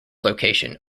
location